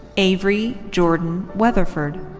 avery jordan weatherford.